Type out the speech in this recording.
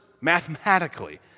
mathematically